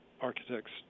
architects